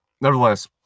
nevertheless